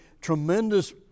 tremendous